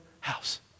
house